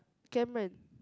Cameroon